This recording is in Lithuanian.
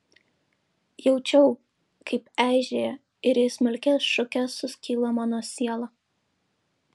jaučiau kaip eižėja ir į smulkias šukes suskyla mano siela